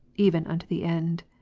even unto the end.